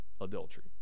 adultery